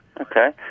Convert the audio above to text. Okay